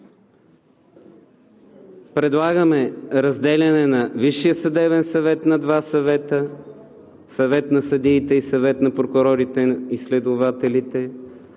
Предлагаме разделяне на Висшия съдебен съвет на два съвета – Съвет на съдиите и Съвет на прокурорите и следователите,